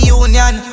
union